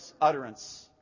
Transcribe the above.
utterance